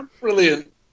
Brilliant